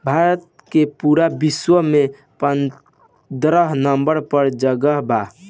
भारत के पूरा विश्व में पन्द्रह नंबर पर जगह बा